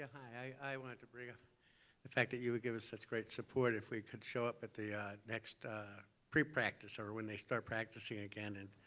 i wanted to bring up the fact that you would give us such great support if we could show up at the next prepractice or when they start practicing again. and